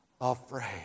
afraid